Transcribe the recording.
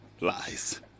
Lies